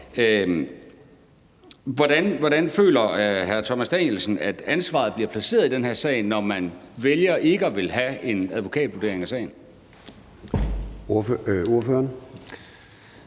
Hvordan føler hr. Thomas Danielsen at ansvaret bliver placeret i den her sag, når man vælger ikke at ville have en advokatvurdering af sagen?